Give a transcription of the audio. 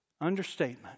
understatement